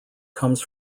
comes